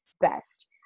best